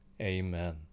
Amen